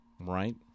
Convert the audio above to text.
Right